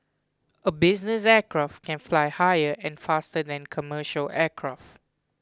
a business aircraft can fly higher and faster than commercial aircraft